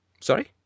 Sorry